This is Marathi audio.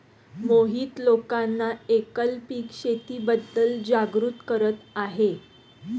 मोहित लोकांना एकल पीक शेतीबद्दल जागरूक करत आहे